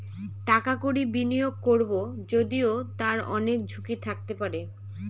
টাকা কড়ি বিনিয়োগ করবো যদিও তার অনেক ঝুঁকি থাকতে পারে